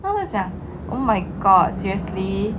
我就想 oh my god seriously